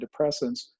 antidepressants